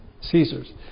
Caesar's